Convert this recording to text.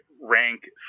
rank